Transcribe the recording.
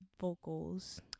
vocals